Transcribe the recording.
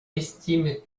estime